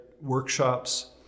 workshops